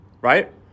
right